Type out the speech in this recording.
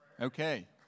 Okay